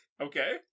Okay